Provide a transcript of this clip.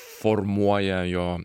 formuoja jo